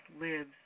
lives